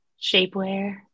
Shapewear